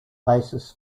basis